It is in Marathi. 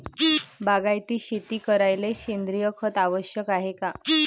बागायती शेती करायले सेंद्रिय खत आवश्यक हाये का?